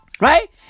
right